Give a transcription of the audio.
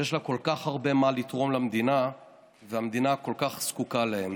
שיש לה כל כך הרבה מה לתרום למדינה והמדינה כל כך זקוקה לה.